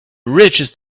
richest